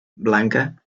blanca